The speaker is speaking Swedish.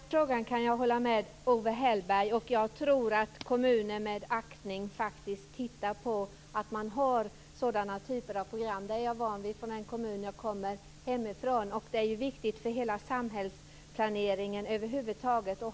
Herr talman! I den frågan kan jag hålla med Owe Hellberg. Jag tror att kommuner med aktning faktiskt tittar på att man har sådana typer av program. Det är jag van vid från den kommun jag kommer från. Det är ju viktigt för hela samhällsplaneringen över huvud taget.